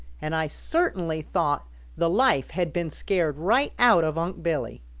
and i certainly thought the life had been scared right out of unc' billy.